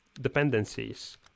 dependencies